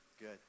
Good